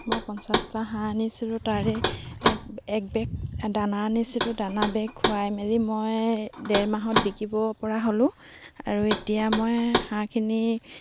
মই পঞ্চাছটা হাঁহ আনিছিলোঁ তাৰে এক বেগ দানা আনিছিলোঁ দানা বেগ খুৱাই মেলি মই ডেৰমাহত বিকিবপৰা হ'লোঁ আৰু এতিয়া মই হাঁহখিনি